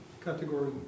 Category